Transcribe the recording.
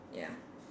ya